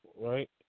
right